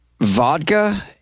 vodka